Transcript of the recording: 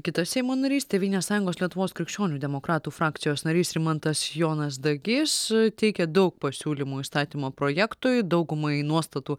kitas seimo narys tėvynės sąjungos lietuvos krikščionių demokratų frakcijos narys rimantas jonas dagys teikė daug pasiūlymų įstatymo projektui daugumai nuostatų